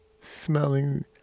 smelling